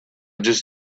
just